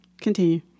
Continue